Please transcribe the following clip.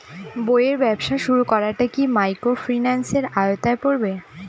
বইয়ের ব্যবসা শুরু করাটা কি মাইক্রোফিন্যান্সের আওতায় পড়বে?